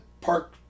park